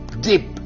deep